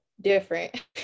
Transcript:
different